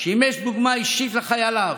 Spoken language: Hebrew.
שימש דוגמה אישית לחייליו,